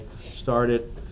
started